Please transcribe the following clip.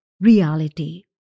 reality